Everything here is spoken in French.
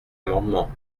amendement